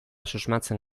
susmatzen